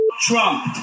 Trump